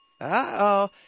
Uh-oh